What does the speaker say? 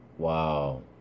Wow